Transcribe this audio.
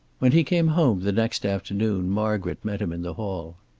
when he came home the next afternoon margaret met him in the hall.